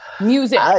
Music